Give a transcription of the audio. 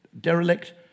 derelict